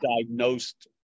diagnosed